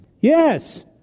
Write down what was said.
Yes